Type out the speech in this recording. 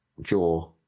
jaw